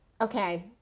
Okay